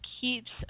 keeps